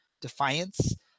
Defiance